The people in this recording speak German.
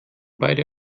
beide